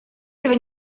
этого